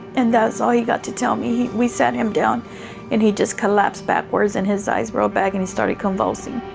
and that's all he got to tell me. we sat him down and he just collapsed backwards and his eyes rolled back and he started convulsing.